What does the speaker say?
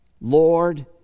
Lord